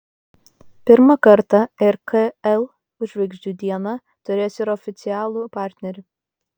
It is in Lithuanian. pirmą kartą rkl žvaigždžių diena turės ir oficialų partnerį